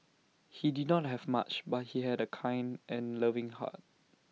he did not have much but he had A kind and loving heart